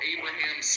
Abraham